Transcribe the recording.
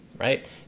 right